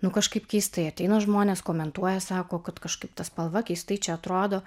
nu kažkaip keistai ateina žmonės komentuoja sako kad kažkaip ta spalva keistai čia atrodo